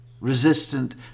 resistant